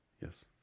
Yes